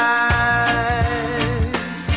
eyes